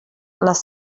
les